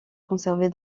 conservé